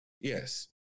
Yes